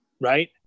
right